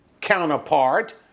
counterpart